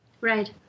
right